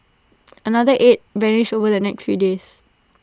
another eight vanished over the next few days